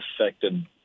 affected